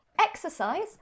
exercise